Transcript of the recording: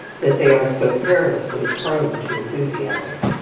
that they are so perilously prone to enthusiasm.